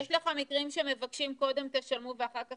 יש לך מקרים שמבקשים קודם תשלמו ואחר כך